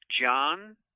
John